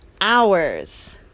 hours